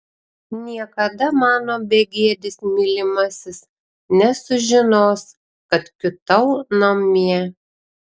niekada mano begėdis mylimasis nesužinos kad kiūtau namie